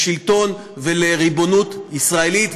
לשלטון ולריבונות ישראלית.